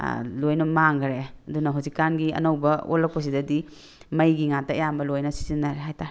ꯂꯣꯏꯅ ꯃꯥꯡꯈ꯭ꯔꯦ ꯑꯗꯨꯅ ꯍꯧꯖꯤꯛꯀꯟꯒꯤ ꯑꯅꯧꯕ ꯑꯣꯜꯂꯛꯄꯁꯤꯗꯗꯤ ꯃꯩꯒꯤ ꯉꯥꯛꯇ ꯑꯌꯥꯝꯕ ꯂꯣꯏꯅ ꯁꯤꯖꯤꯟꯅꯔꯦ ꯍꯥꯏꯇꯥꯔꯦ